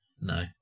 No